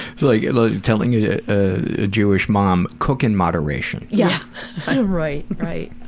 so yeah like telling a ah jewish mom, cook in moderation. yeah right. right.